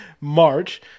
March